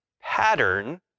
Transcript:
pattern